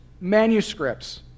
manuscripts